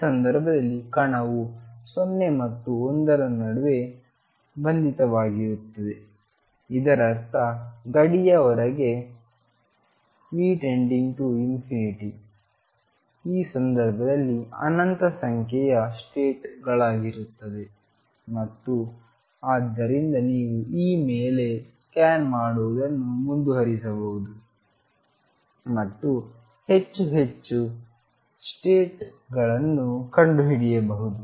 ಈ ಸಂದರ್ಭದಲ್ಲಿ ಕಣವು 0 ಮತ್ತು l ನಡುವೆ ಬಂಧಿತವಾಗಿರುತ್ತದೆ ಇದರರ್ಥ ಈ ಗಡಿಯ ಹೊರಗೆ V→∞s ಈ ಸಂದರ್ಭದಲ್ಲಿ ಅನಂತ ಸಂಖ್ಯೆಯ ಸ್ಟೇಟ್ ಗಳಾಗಿರುತ್ತದೆ ಮತ್ತು ಆದ್ದರಿಂದ ನೀವು E ಮೇಲೆ ಸ್ಕ್ಯಾನ್ ಮಾಡುವುದನ್ನು ಮುಂದುವರಿಸಬಹುದು ಮತ್ತು ಹೆಚ್ಚು ಹೆಚ್ಚು ಸ್ಟೇಟ್ ಗಳನ್ನು ಕಂಡುಹಿಡಿಯಬಹುದು